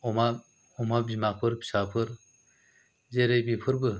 अमा अमा बिमाफोर फिसाफोर जेरै बेफोरबो